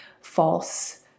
false